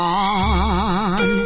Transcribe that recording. on